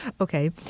Okay